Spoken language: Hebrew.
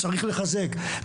אני דוחה את זה מכל וכל,